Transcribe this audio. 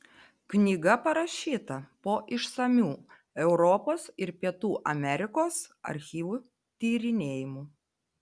knyga parašyta po išsamių europos ir pietų amerikos archyvų tyrinėjimų